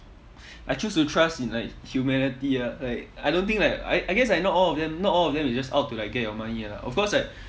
I choose to trust in like humanity ah like I don't think like I I guess like not all of them not all of them is just out to like get your money ah of course like